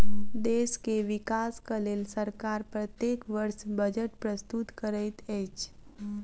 देश के विकासक लेल सरकार प्रत्येक वर्ष बजट प्रस्तुत करैत अछि